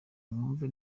mwumve